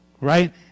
Right